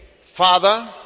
Father